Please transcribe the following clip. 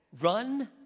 run